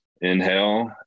inhale